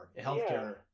Healthcare